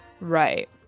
Right